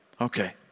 Okay